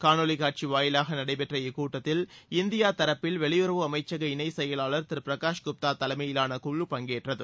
காணொளிகாட்சிவாயிலாகநடைபெற்ற இக்கூட்டத்தில் இந்தியதரப்பில் வெளியுறவு அமைச்சக இணைச் செயலாளர் திருபிரகாஷ் குப்தாதலைமையிலான குழு பங்கேற்றது